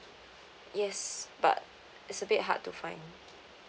yes but it's a bit hard to find